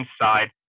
inside